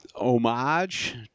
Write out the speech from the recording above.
homage